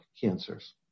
cancers